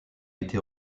été